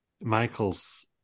Michaels